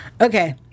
okay